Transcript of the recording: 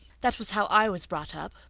that was how i was brought up,